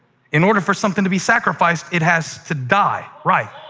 in order for something to be sacrificed it has to die. right.